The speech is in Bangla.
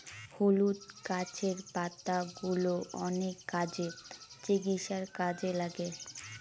হলুদ গাছের পাতাগুলো অনেক কাজে, চিকিৎসার কাজে লাগে